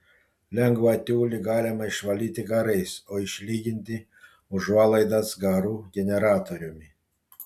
lengvą tiulį galima išvalyti garais o išlyginti užuolaidas garų generatoriumi